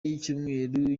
z’icyumweru